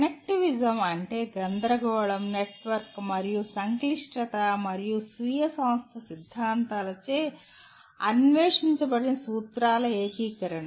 connectivism అంటే గందరగోళం network మరియు సంక్లిష్టత మరియు స్వీయ సంస్థ సిద్ధాంతాలచే అన్వేషించబడిన సూత్రాల ఏకీకరణ